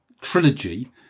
Trilogy